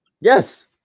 Yes